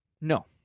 No